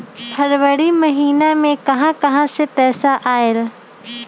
फरवरी महिना मे कहा कहा से पैसा आएल?